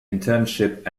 internship